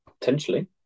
Potentially